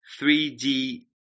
3D